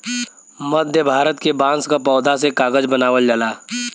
मध्य भारत के बांस क पौधा से कागज बनावल जाला